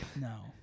No